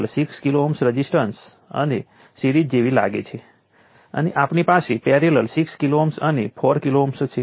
તેથી સ્પષ્ટપણે આ પ્રોડક્ટ અહીં પોઝિટિવ છે અને કેપેસિટર પાવરને શોષી લે છે